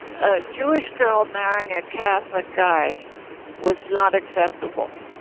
a jewish girl marrying a catholic guy was not acceptable